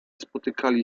spotykali